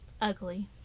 ugly